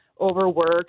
overworked